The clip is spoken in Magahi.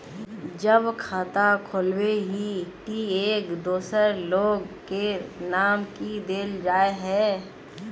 जब खाता खोलबे ही टी एक दोसर लोग के नाम की देल जाए है?